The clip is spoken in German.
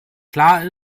klar